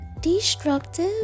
destructive